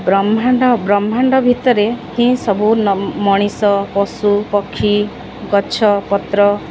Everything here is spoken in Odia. ବ୍ରହ୍ମାଣ୍ଡ ବ୍ରହ୍ମାଣ୍ଡ ଭିତରେ ଏହି ସବୁ ମଣିଷ ପଶୁ ପକ୍ଷୀ ଗଛ ପତ୍ର